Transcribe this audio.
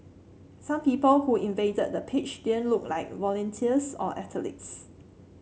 some people who invaded the pitch didn't look like volunteers or athletes